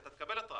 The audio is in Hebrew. אתה תקבל התראה.